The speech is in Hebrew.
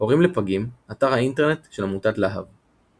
הורים לפגים אתר האינטרנט של עמותת לה"ב